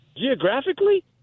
geographically